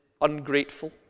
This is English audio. ungrateful